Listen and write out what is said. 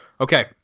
Okay